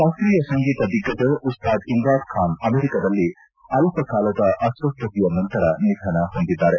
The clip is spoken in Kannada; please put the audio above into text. ಶಾಸ್ತೀಯ ಸಂಗೀತ ದಿಗ್ಗಜ ಉಸ್ತಾದ್ ಇಮ್ರಾತ್ಖಾನ್ ಅಮೆರಿಕದಲ್ಲಿ ಅಲ್ಲಕಾಲದ ಅಸ್ವಸ್ಥತೆಯ ನಂತರ ನಿಧನ ಹೊಂದಿದ್ದಾರೆ